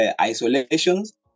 isolations